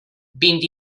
vint